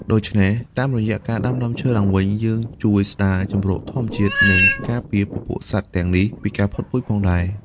ដូច្នេះតាមរយៈការដាំដើមឈើឡើងវិញ យើងជួយស្ដារជម្រកធម្មជាតិ និងការពារពពួកសត្វទាំងនេះពីការផុតពូជផងដែរ។